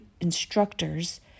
instructors